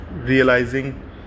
realizing